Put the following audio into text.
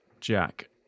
jack